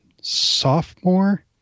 sophomore